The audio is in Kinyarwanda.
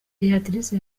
beatrice